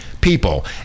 people